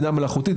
בינה מלאכותית,